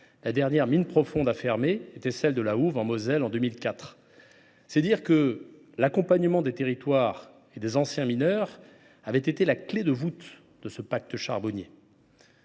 La dernière mine profonde à fermer était celle de La Houve, en Moselle, en 2004. L’accompagnement des territoires et des anciens mineurs avait été la clé de voûte de ce pacte. Accompagner